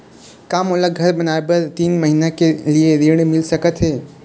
का मोला घर बनाए बर तीन महीना के लिए ऋण मिल सकत हे?